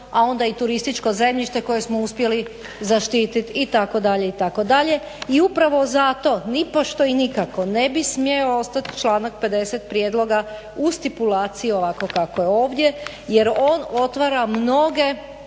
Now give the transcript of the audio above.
a onda i turističko zemljište koje smo uspjeli zaštiti itd., itd. I upravo zato nipošto i nikako ne bi smio ostati članak 50. prijedloga u stipulaciji ovako kako je ovdje jer on otvara mnoge